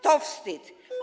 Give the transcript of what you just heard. To wstyd.